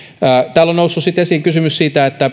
täällä on noussut sitten esiin kysymys siitä